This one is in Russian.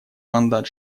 мандат